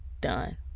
done